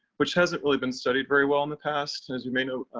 which hasn't really been studied very well in the past. and as you may know,